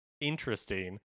interesting